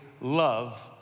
love